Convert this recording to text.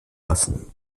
lassen